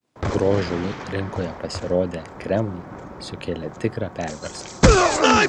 grožio rinkoje pasirodę kremai sukėlė tikrą perversmą